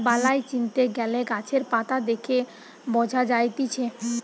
বালাই চিনতে গ্যালে গাছের পাতা দেখে বঝা যায়তিছে